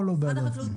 זאת עוד הגנה.